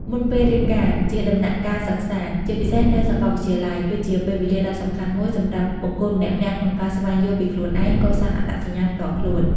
មុនពេលរៀបការជាដំណាក់កាលសិក្សា ជាពិសេសនៅសកលវិទ្យាល័យ គឺជាពេលវេលាដ៏សំខាន់មួយសម្រាប់បុគ្គលម្នាក់ៗក្នុងការស្វែងយល់ពីខ្លួនឯង កសាងអត្តសញ្ញាណផ្ទាល់ខ្លួន។